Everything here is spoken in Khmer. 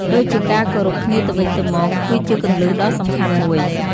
ដូចជាការគោរពគ្នាទៅវិញទៅមក គឺជាគន្លឹះដ៏សំខាន់មួយ។